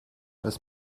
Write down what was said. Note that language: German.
was